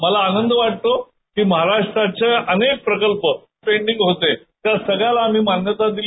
मला आनंद वाटतो की महाराष्ट्राच्या अनेक प्रकल्प पेंडींग होते त्या सगळ्यांना आम्ही मान्यता दिली